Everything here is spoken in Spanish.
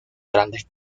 grandes